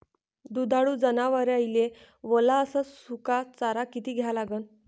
दुधाळू जनावराइले वला अस सुका चारा किती द्या लागन?